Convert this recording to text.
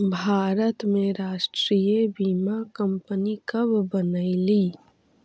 भारत में राष्ट्रीय बीमा कंपनी कब बनलइ?